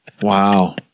Wow